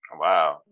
Wow